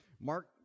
Mark